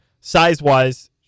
size-wise